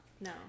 No